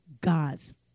God's